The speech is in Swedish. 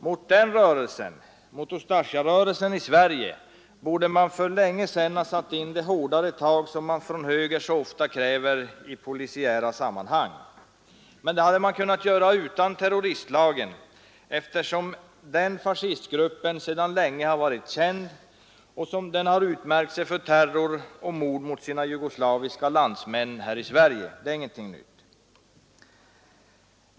Mot Ustasjarörelsen i Sverige borde för länge sedan ha satts in de ”hårdare tag” som man från höger så ofta kräver i polisiära sammanhang. Men det hade kunnat göras utan terroristlagen, eftersom denna fascistgrupp sedan länge varit känd och har utmärkt sig bl.a. för terror och mord mot sina jugoslaviska landsmän här i Sverige.